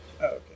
Okay